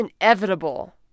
inevitable